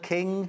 King